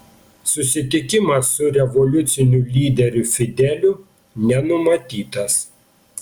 susitikimas su revoliuciniu lyderiu fideliu nenumatytas